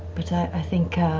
but i think.